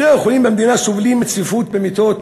בתי-החולים במדינה סובלים מצפיפות במיטות